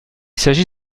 s’agit